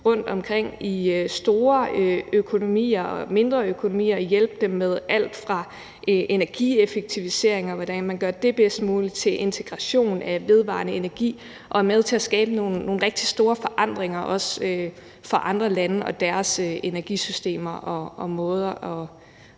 rundtomkring i store økonomier og mindre økonomier og hjælper dem med alt fra energieffektiviseringer, hvordan man gør det bedst muligt, til integration af vedvarende energi, og at vi er med til at skabe nogle rigtig store forandringer også for andre lande og deres energisystemer og måder